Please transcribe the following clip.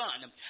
son